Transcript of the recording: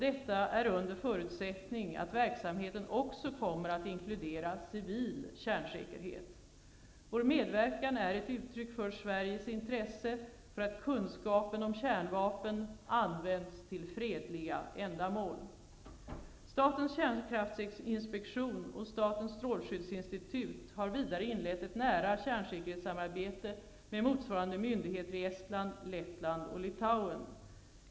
Detta är under förutsättning att verksamheten också kommer att inkludera civil kärnsäkerhet. Vår medverkan är ett uttryck för Sveriges intresse för att kunskapen om kärnvapen används till fredliga ändamål. Statens kärnkraftsinspektion och Statens strålskyddsinstitut har vidare inlett ett nära kärnsäkerhetssamarbete med motsvarande myndigheter i Estland, Lettland och Litauen.